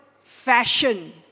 fashion